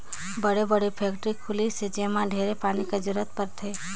बड़े बड़े फेकटरी खुली से जेम्हा ढेरे पानी के जरूरत परथे